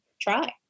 try